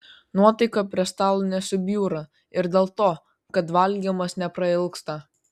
nuotaika prie stalo nesubjūra ir dėl to kad valgymas neprailgsta